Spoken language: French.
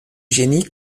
génie